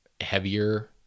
heavier